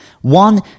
One